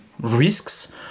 risks